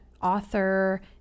author